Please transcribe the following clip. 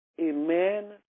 Amen